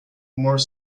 more